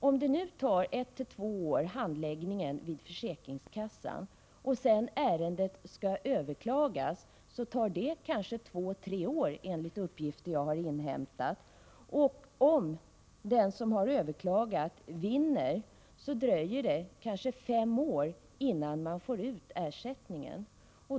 Om ärendet sedan skall överklagas, tar det ytterligare kanske två tre år enligt uppgifter som jag har inhämtat. Om den klagande vinner, har det alltså tagit fem år att få ut ersättningen.